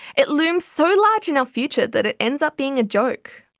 it looms so large in our future that it ends up being a joke,